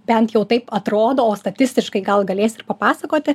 bent jau taip atrodo o statistiškai gal galės ir papasakoti